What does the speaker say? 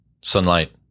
sunlight